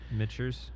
Mitchers